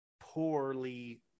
poorly